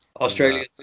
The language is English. Australia